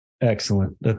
Excellent